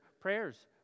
prayers